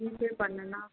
GPay பண்ணுனா